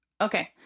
Okay